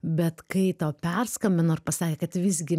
bet kai tau perskambino ir pasakė kad visgi